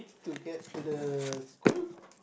to get to the school